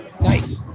Nice